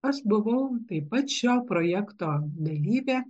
aš buvau taip pat šio projekto dalyvė